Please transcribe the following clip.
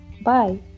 Bye